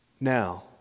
Now